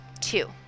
Two